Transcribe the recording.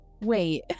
Wait